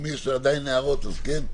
אם יש עדיין הערות אז נשמע אותן.